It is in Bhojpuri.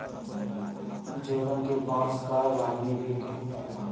मिजोरम के बांस कअ रानी भी कहल जाला